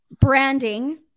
branding